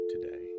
today